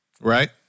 Right